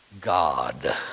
God